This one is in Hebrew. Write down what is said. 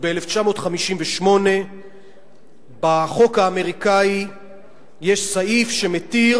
ב-1958 עוד היה בחוק האמריקני סעיף שמתיר